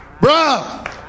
bruh